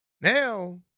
Now